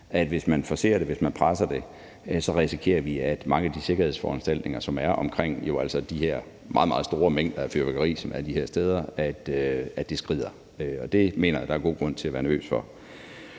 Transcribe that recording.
at hvis man forcerer det, hvis man presser det, så risikerer vi, at mange af de sikkerhedsforanstaltninger, som der jo altså er omkring de her meget, meget store mængder af fyrværkeri, som opbevares de her steder, skrider. Det mener jeg der er god grund til at være nervøs for.